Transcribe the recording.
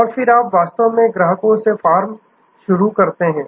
और फिर आप वास्तव में ग्राहकों से फार्म शुरू करते हैं